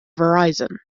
verizon